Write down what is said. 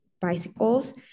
bicycles